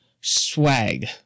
swag